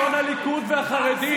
שרן זו הבאה בתור.